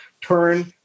turn